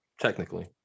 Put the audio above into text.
technically